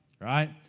right